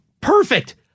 perfect